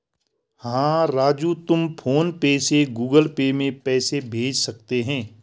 हां राजू तुम फ़ोन पे से गुगल पे में पैसे भेज सकते हैं